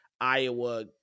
Iowa